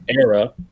era